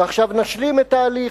ועכשיו נשלים את ההליך,